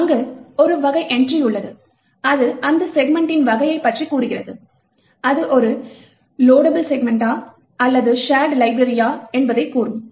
அங்கு ஒரு வகை என்ட்ரி உள்ளது அது அந்த செக்மென்ட்டின் வகையை பற்றி கூறுகிறது அது ஒரு லோடபுள் செக்மென்ட்டா அல்லது ஷேர்ட் லைப்ரரி யா என்பதைக் கூறும்